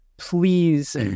Please